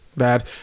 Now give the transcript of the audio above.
bad